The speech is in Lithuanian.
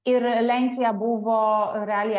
ir lenkija buvo realiai